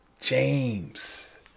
James